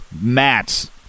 Matt's